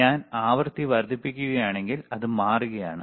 ഞാൻ ആവൃത്തി വർദ്ധിപ്പിക്കുകയാണെങ്കിൽ അത് മാറുകയാണ്